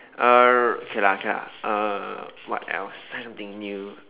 err K lah K lah what else try something new